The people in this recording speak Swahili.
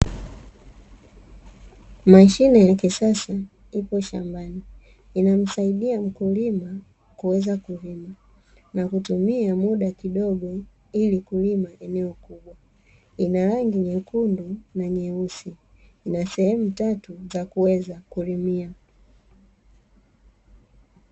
Mashine ya kisasa ipo shambani, inamsaidia mkulima kuweza kulima na kutumia muda kidogo ili kulima eneo kubwa. Ina rangi nyekundu na nyeusi na sehemu tatu za kuweza kulimia.